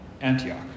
Antioch